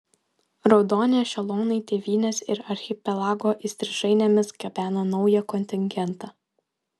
raudoni ešelonai tėvynės ir archipelago įstrižainėmis gabeno naują kontingentą